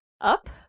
up